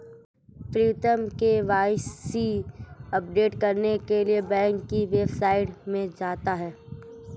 प्रीतम KYC update करने के लिए अपने बैंक की वेबसाइट में जाता है